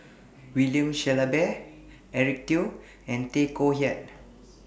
William Shellabear Eric Teo and Tay Koh Yat